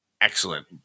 Excellent